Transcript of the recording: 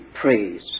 praise